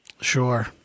Sure